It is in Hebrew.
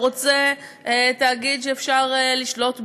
שהוא רוצה תאגיד שאפשר לשלוט בו,